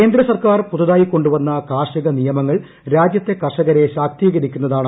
കേന്ദ്ര സർക്കാർ പുതിയതായി ക്കീടുണ്ടു് വന്ന കാർഷിക നിയമങ്ങൾ രാജ്യത്തെ കർഷകരെ പ്രാശർക്തീകരിക്കുന്നതാണ്